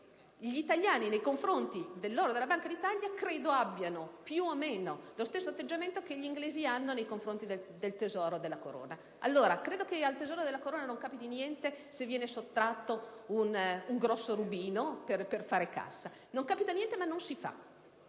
gli italiani, nei confronti dell'oro della Banca d'Italia, credo abbiano, più o meno, lo stesso atteggiamento che gli inglesi hanno nei confronti del tesoro della Corona. Credo che al tesoro della Corona non capiti niente se viene sottratto un grosso rubino per fare cassa. Non capita niente, ma non si fa.